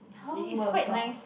how about